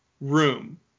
room